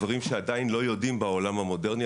דברים שעדיין לא יודעים בעולם המודרני,